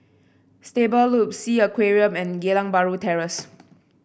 Stable Loop Sea Aquarium and Geylang Bahru Terrace